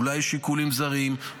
אולי יש שיקולים זרים,